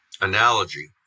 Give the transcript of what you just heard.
analogy